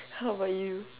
how about you